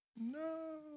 No